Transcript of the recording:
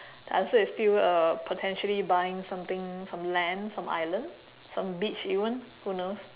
the answer is still uh potentially buying something some land some island some beach even who knows